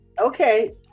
Okay